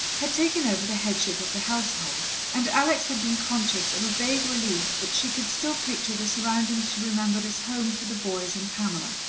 had taken over the headship of the household, and alex had been conscious of a vague relief that she could still picture the surroundings she remembered as home for the boys and pamela.